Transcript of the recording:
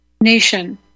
nation